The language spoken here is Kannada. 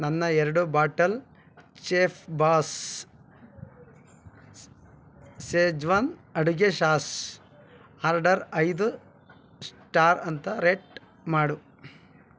ನನ್ನ ಎರಡು ಬಾಟಲ್ ಚೆಫ್ಬಾಸ್ ಸೆಜ್ವಾನ್ ಅಡುಗೆ ಶಾಸ್ ಆರ್ಡರ್ ಐದು ಸ್ಟಾರ್ ಅಂತ ರೆಟ್ ಮಾಡು